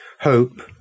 Hope